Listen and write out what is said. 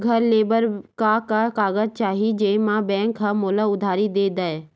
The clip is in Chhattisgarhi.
घर ले बर का का कागज चाही जेम मा बैंक हा मोला उधारी दे दय?